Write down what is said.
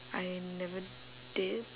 I never did